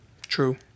True